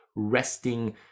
resting